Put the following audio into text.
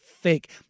fake